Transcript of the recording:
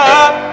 up